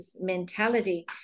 mentality